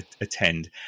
attend